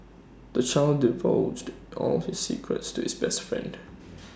the child divulged all his secrets to his best friend